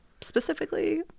specifically